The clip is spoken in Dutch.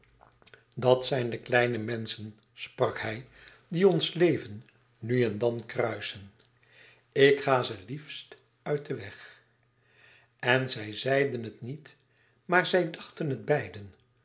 dat zijn de kleine menschen sprak hij die ons leven nu en dan kruisen ik ga ze liefst uit den weg en zij zeiden het niet maar zij dachten het beiden